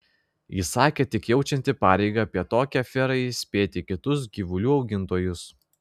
ji sakė tik jaučianti pareigą apie tokią aferą įspėti kitus gyvulių augintojus